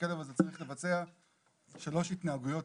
והכלב הזה צריך לבצע שלוש התנהגויות